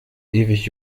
ewig